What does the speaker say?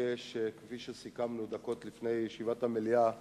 כפי שסיכמנו דקות לפני ישיבת המליאה,